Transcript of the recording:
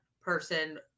person